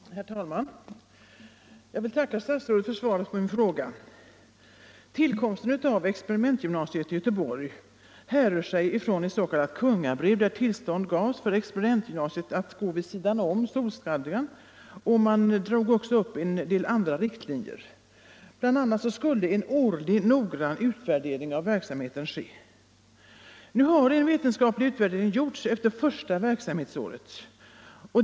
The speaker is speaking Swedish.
Herr talman! Jag vill tacka statsrådet för svaret på min fråga. Tillkomsten av experimentgymnasiet i Göteborg härrör från ett s.k. kungabrev där tillstånd gavs för experimentgymnasiet att gå vid sidan om skolstadgan. Man drog också upp en del andra riktlinjer, bl.a. skulle en årlig noggrann utvärdering av verksamheten ske. En vetenskaplig utvärdering har gjorts efter första verksamhetsåret.